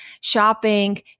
shopping